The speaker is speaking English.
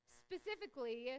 specifically